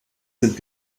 sind